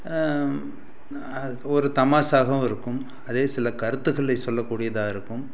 அது ஒரு தமாஷாகவும் இருக்கும் அதே சில கருத்துக்களைச் சொல்லக்கூடியதாக இருக்கும்